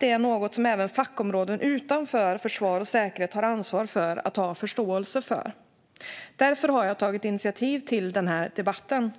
Det är något som även fackområden utanför försvar och säkerhet har ansvar för att ha förståelse för. Därför har jag tagit initiativ till den här debatten.